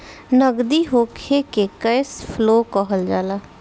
नगदी होखे के कैश फ्लो कहल जाला